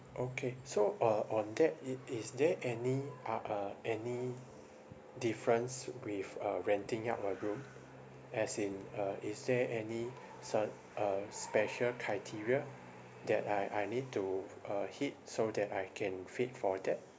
okay so uh on that i~ is there any uh a any difference with uh renting out a room as in uh is there any si~ uh special criteria that I I need to uh hit so that I can fit for that